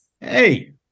Hey